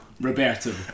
Roberto